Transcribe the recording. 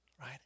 right